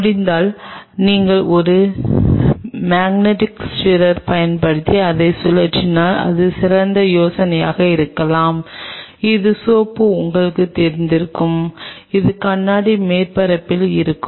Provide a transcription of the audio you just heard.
முடிந்தால் நீங்கள் ஒரு மேக்னெட்டிக் ஸ்டிரர் பயன்படுத்தி அதை சுழற்றினால் அது ஒரு சிறந்த யோசனையாக இருக்கலாம் இது சோப்பு உங்களுக்குத் தெரிந்திருக்கும் இது கண்ணாடி மேற்பரப்பில் இருக்கும்